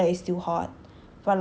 like when the weather is still hot